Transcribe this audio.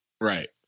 Right